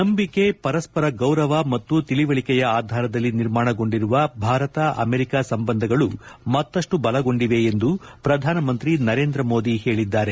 ನಂಬಿಕೆ ಪರಸ್ಪರ ಗೌರವ ಮತ್ತು ತಿಳಿವಳಿಕೆಯ ಆಧಾರದಲ್ಲಿ ನಿರ್ಮಾಣಗೊಂಡಿರುವ ಭಾರತ ಅಮೆರಿಕಾ ಸಂಬಂಧಗಳು ಮತ್ತಷ್ಟು ಬಲಗೊಂಡಿವೆ ಎಂದು ಪ್ರಧಾನಮಂತ್ರಿ ನರೇಂದ್ರ ಮೋದಿ ಹೇಳಿದ್ದಾರೆ